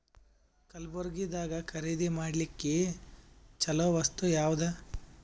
ಕಲಬುರ್ಗಿದಾಗ ಖರೀದಿ ಮಾಡ್ಲಿಕ್ಕಿ ಚಲೋ ವಸ್ತು ಯಾವಾದು?